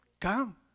Come